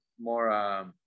more